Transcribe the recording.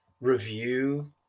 review